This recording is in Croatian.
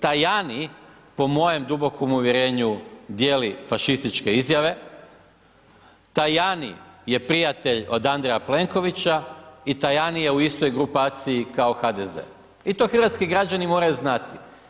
Tajani po mojem dubokom uvjerenju dijeli fašističke izjave, Tajani je prijatelj od Andreja Plenkovića i Tajani je u istoj grupaciji kao HDZ i to hrvatski građani moraju znati.